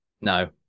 No